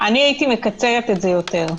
אני הייתי מקצרת את זה יותר.